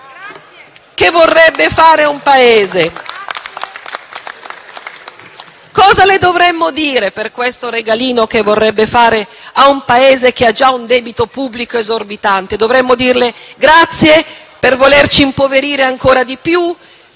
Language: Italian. GALLONE *(FI-BP)*. Cosa le dovremmo dire per questo regalino che vorrebbe fare ad un Paese che ha già un debito pubblico esorbitante? Dovremmo dirle: «Grazie per volerci impoverire ancora di più»?